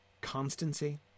Constancy